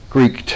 Greek